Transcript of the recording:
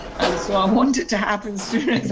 and so i want it to happen sooner,